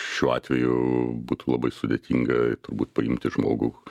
šiuo atveju būtų labai sudėtinga turbūt paimti žmogų